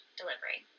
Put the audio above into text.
delivery